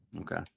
okay